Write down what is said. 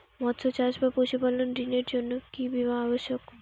মৎস্য চাষ বা পশুপালন ঋণের জন্য কি বীমা অবশ্যক?